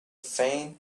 faint